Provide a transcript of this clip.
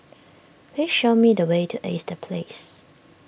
please show me the way to Ace the Place